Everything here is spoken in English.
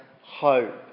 hope